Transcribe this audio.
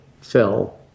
fell